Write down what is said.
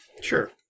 Sure